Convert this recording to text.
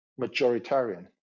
majoritarian